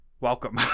welcome